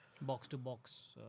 Box-to-box